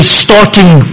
starting